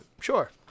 Sure